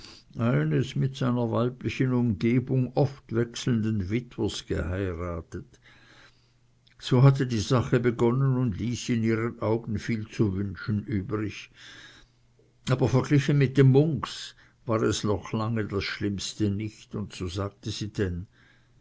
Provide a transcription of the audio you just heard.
eines mit seiner weiblichen umgebung oft wechselnden witwers geheiratet so hatte die sache begonnen und ließ in ihren augen viel zu wünschen übrig aber verglichen mit den munks war es noch lange das schlimmste nicht und so sagte sie denn